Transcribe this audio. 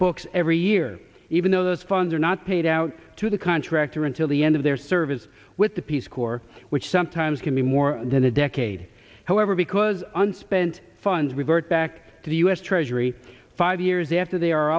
books every year even though those funds are not paid out to the contractor until the end of their service with the peace corps which sometimes can be more than a decade however because unspent funds revert back to the us treasury five years after they are